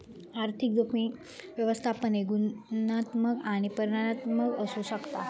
आर्थिक जोखीम व्यवस्थापन हे गुणात्मक आणि परिमाणात्मक असू शकता